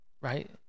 Right